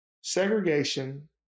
segregation